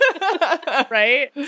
Right